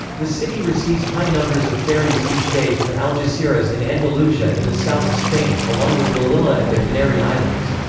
the city receives high numbers of ferries each day from algeciras in andalusia in the south of spain, along with melilla and the canary islands.